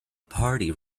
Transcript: party